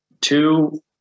two